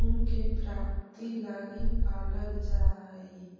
ऊन के प्राप्ति लगी पालल जा हइ